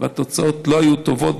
והתוצאות לא היו טובות,